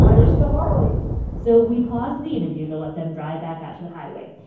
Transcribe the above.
i yeah see the harleys so we paused the interview to let them drive back out to the highway.